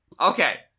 Okay